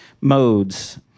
modes